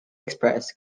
express